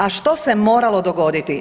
A što se moralo dogoditi?